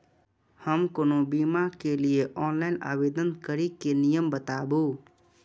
हम कोनो बीमा के लिए ऑनलाइन आवेदन करीके नियम बाताबू?